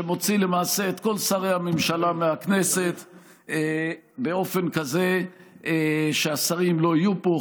שמוציא למעשה את כל שרי הממשלה מהכנסת באופן כזה שהשרים לא יהיו פה,